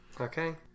Okay